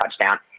touchdown